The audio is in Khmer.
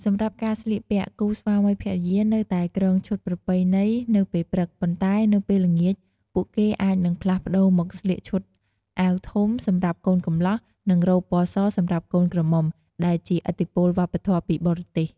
សម្រាប់ការស្លៀកពាក់ គូស្វាមីភរិយានៅតែគ្រងឈុតប្រពៃណីនៅពេលព្រឹក ប៉ុន្តែនៅពេលល្ងាច ពួកគេអាចនឹងផ្លាស់ប្តូរមកស្លៀកឈុតអាវធំសម្រាប់កូនកំលោះ និងរ៉ូបពណ៌សសម្រាប់កូនក្រមុំ ដែលជាឥទ្ធិពលវប្បធម៌ពីបរទេស។